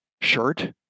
shirt